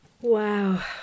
Wow